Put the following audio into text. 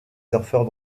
surfeurs